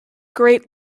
great